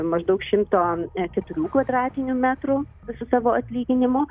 maždaug šimto keturių kvadratinių metrų su savo atlyginimu